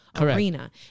arena